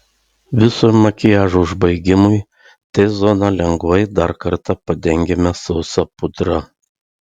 viso makiažo užbaigimui t zoną lengvai dar kartą padengiame sausa pudra